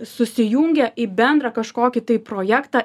susijungia į bendrą kažkokį tai projektą